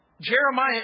Jeremiah